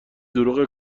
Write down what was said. دروغ